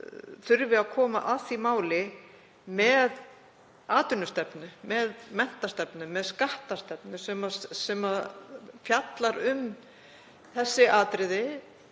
þurfi að koma að því máli með atvinnustefnu, með menntastefnu, með skattstefnu sem fjallar um þessi atriði